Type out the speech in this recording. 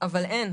אבל אין.